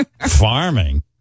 farming